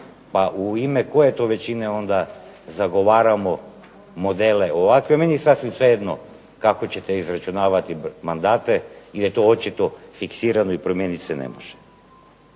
pa u ime koje to većine zagovaramo modele, ovakve, meni je svejedno kako ćete izračunavati mandate ili je to očito fiksirano i promijeniti se ne može.